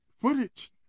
Footage